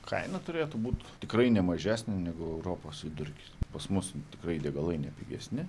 kaina turėtų būt tikrai ne mažesnė negu europos vidurkis pas mus tikrai degalai nepigesni